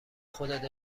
خودت